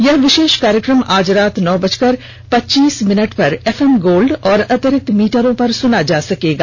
यह विशेष कार्यक्रम आज रात नौ बजकर पच्चीस मिनट पर एफएम गोल्डर और अतिरिक्तै मीटरों पर सुना जा सकता है